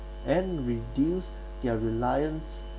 and reduce their reliance